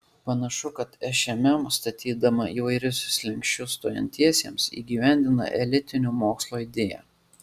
panašu kad šmm statydama įvairius slenksčius stojantiesiems įgyvendina elitinio mokslo idėją